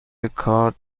کارت